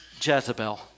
Jezebel